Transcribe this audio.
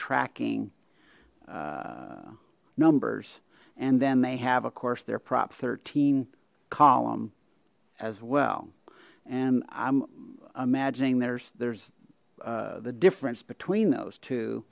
tracking numbers and then they have of course their prop thirteen column as well and i'm imagining there's there's the difference between those two